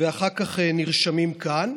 ואחר כך נרשמים כאן,